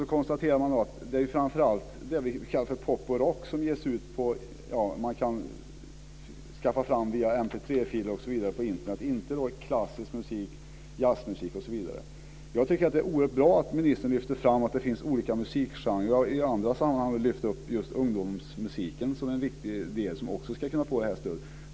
Man konstaterar att det framför allt är pop och rock som man kan skaffa fram via MP3-filer osv. på Internet. Det är inte klassisk musik, jazzmusik osv. Jag tycker att det är oerhört bra att ministern lyfter fram att det finns olika musikgenrer. I andra sammanhang har hon också lyft fram ungdomsmusiken som en viktig del och att den ska kunna få stöd.